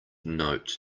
note